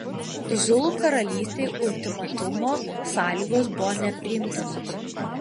zulų karalystei ultimatumo sąlygos buvo nepriimtinos